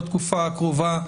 בתקופה הקרובה,